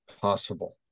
possible